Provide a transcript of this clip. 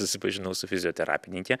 susipažinau su fizioterapininke